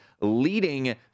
leading